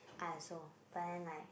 I also but then like